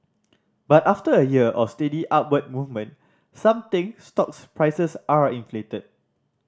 but after a year of steady upward movement some think stocks prices are inflated